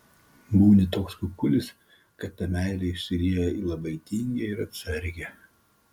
būni toks kukulis kad ta meilė išsilieja į labai tingią ir atsargią